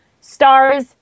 stars